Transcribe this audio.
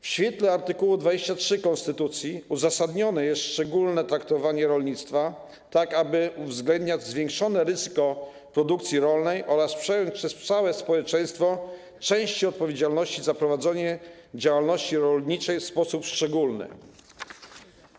W świetle art. 23 konstytucji uzasadnione jest szczególne traktowanie rolnictwa, tak aby uwzględniać zwiększone ryzyko produkcji rolnej oraz przejąć przez całe społeczeństwo część odpowiedzialności za prowadzenie działalności rolniczej w szczególny sposób.